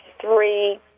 three